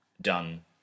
done